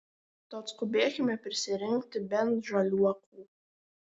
tad skubėkime prisirinkti bent žaliuokių